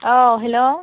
औ हेलौ